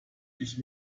ich